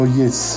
yes